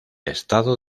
estado